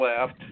left